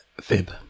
Fib